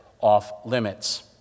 off-limits